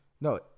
No